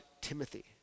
Timothy